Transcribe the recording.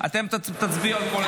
אתם תצביעו על כל הסעיפים.